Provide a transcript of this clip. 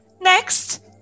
next